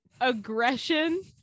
aggression